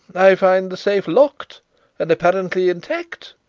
i find the safe locked and apparently intact,